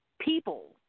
people